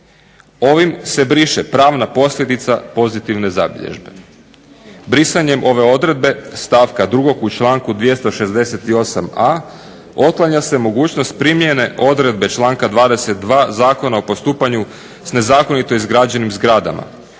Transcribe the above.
Ovim se briše pravna posljedica pozitivne zabilježbe. Brisanjem ove odredbe stavka 2. u članku 268.a otklanja se mogućnost primjene odredbe članka 22. Zakona o postupanju s nezakonito izgrađenim zgradama.